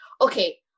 okay